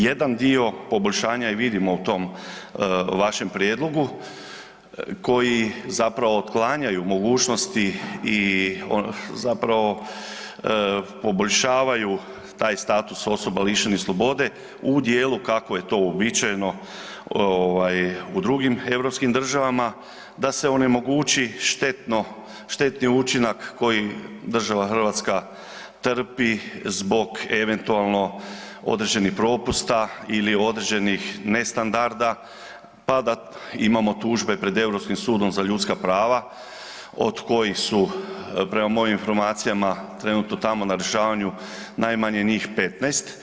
Jedan dio poboljšanja i vidimo u tom vašem prijedlogu koji zapravo otklanjaju mogućnosti i zapravo poboljšavaju taj status osoba lišenih slobode u dijelu kako je to uobičajeno ovaj u drugim europskim državama da se onemogući štetno, štetni učinak koji država Hrvatska trpi zbog eventualno određenih propusta ili određenih ne standarda pa da imamo tužbe pred Europskim sudom za ljudska prava od kojih su prema mojim informacijama trenutno tamo na rješavanju najmanje njih 15.